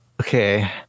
Okay